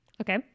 Okay